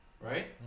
right